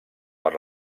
per